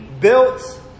built